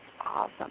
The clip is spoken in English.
awesome